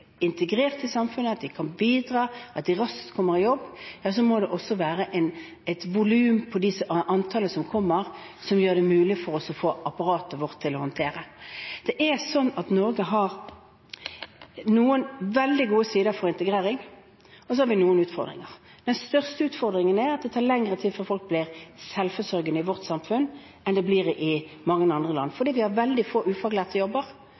integrert i samfunnet, at de kan bidra, og at de raskt kommer i jobb, må det være et volum på antallet som kommer, som gjør det mulig for apparatet vårt å håndtere det. Norge har noen veldig gode sider for integrering, og så har vi noen utfordringer. Den største utfordringen er at det tar lengre tid før folk blir selvforsørgende i vårt samfunn enn i mange andre land, fordi vi har veldig få ufaglærte jobber.